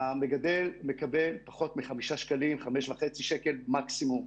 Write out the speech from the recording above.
המגדל מקבל פחות מ-5 שקלים או 5.5 שקלים מקסימום.